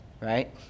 Right